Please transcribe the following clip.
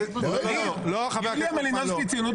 יוליה מלינובסקי זה ציונות